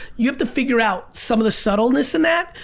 you have to figure out some of the subtleness in that,